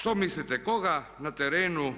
Što mislite koga na terenu